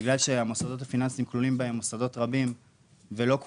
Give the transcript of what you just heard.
בגלל שהמוסדות הפיננסיים כלולים בהם מוסדות רבים ולגבי